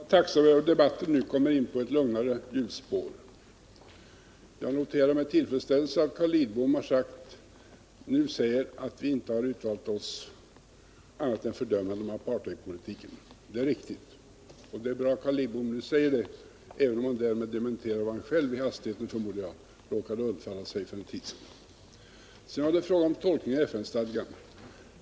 Herr talman! Jag är tacksam för att debatten nu kommer in i ett lugnare hjulspår. Med tillfredsställelse noterar jag att Carl Lidbom nu säger att vi inte har uttalat oss annat än fördömande om apartheidpolitiken. Det är riktigt, och det är bra att Carl Lidbom säger det, även om han därmed dementerar vad han själv — i hastigheten, förmodar jag — råkade låta undfalla sig för en tid sedan. Sedan var det fråga om tolkning av FN-stadgan.